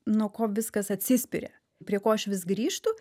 nuo ko viskas atsispiria prie ko aš vis grįžtu